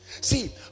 See